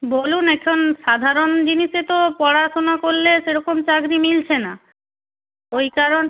বলুন এখন সাধারণ জিনিসে তো পড়াশোনা করলে সেরকম চাকরি মিলছে না ওই কারণ